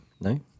No